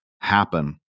happen